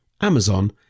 amazon